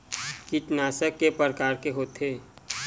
कीटनाशक के प्रकार के होथे?